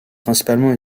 principalement